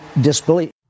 disbelief